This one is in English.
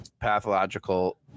pathological